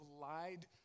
lied